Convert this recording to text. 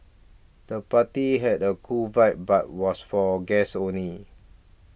the party had a cool vibe but was for guests only